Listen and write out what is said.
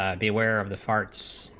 ah beware of the fort's